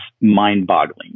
mind-boggling